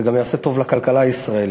זה גם יעשה טוב לכלכלה הישראלית,